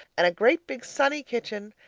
and a great big sunny kitchen,